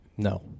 No